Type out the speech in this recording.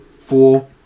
four